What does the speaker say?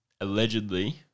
allegedly